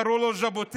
קראו לו ז'בוטינסקי.